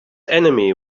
enemy